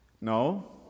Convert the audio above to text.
No